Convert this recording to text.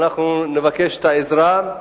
ואנחנו נבקש את העזרה.